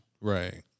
Right